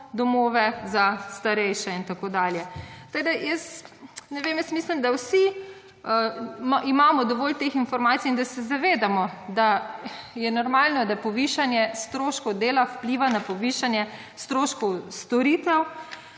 domove za starejše in tako dalje. Tako, da jaz ne vem, mislim da vsi imamo dovolj teh informacij in da se zavedamo, da je normalno da povišanje stroškov dela vpliva na povišanje stroškov storitev.